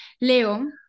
Leo